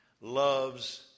loves